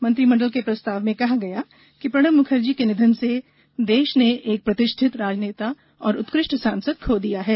मंत्रिमंडल के प्रस्ताव में कहा गया कि प्रणब मुखर्जी के निधन से देश ने एक प्रतिष्ठित राजनेता और उत्कृष्ट सांसद खो दिया है